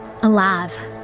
alive